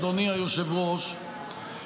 אדוני היושב-ראש,